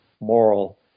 moral